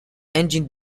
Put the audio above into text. engine